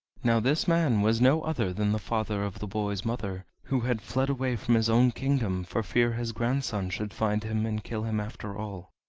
now this man was no other than the father of the boy's mother, who had fled away from his own kingdom for fear his grandson should find him and kill him after all.